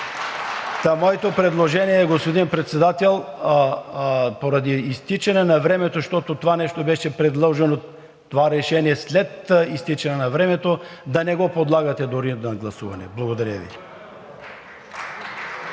Моето предложение е, господин Председател, поради изтичане на времето, защото това решение беше предложено след изтичане на времето, дори да не го подлагате на гласуване. Благодаря Ви.